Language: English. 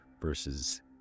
versus